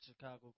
Chicago